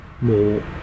more